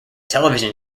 television